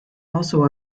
also